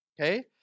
Okay